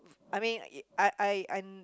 I mean I I